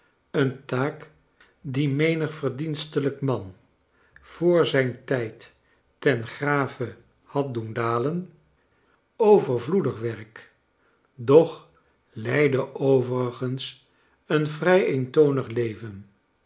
een taak die menig verdienstelijk man voor ziin tij d ten grave had doen dalen overvloedig werk doch leidde overigens een vrij eentonig leven